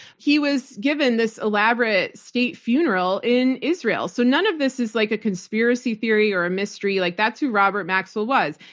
he was given this elaborate state funeral in israel. so none of this is like a conspiracy theory or a mystery. like that's who robert maxwell was.